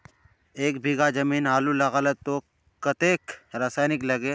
एक बीघा जमीन आलू लगाले तो कतेक रासायनिक लगे?